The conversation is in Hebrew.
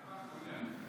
כן,